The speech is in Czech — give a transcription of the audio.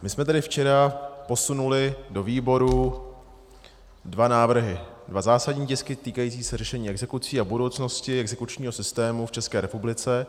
My jsme tady včera posunuli do výboru dva návrhy, dva zásadní tisky týkající se řešení exekucí a budoucnosti exekučního systému v České republice.